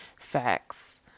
facts